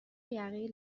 یقه